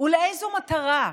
ולאיזו מטרה?